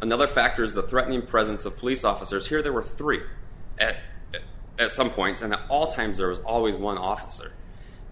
and other factors the threatening presence of police officers here there were three at some points and at all times there was always one officer